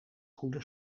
goede